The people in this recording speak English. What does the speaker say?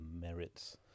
merits